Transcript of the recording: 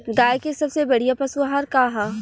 गाय के सबसे बढ़िया पशु आहार का ह?